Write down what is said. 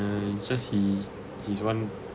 and just he he's one